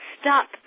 stop